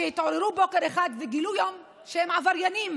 שהתעוררו בוקר אחד וגילו שהם עבריינים.